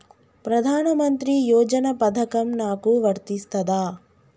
ప్రధానమంత్రి యోజన పథకం నాకు వర్తిస్తదా?